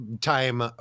time